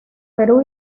perú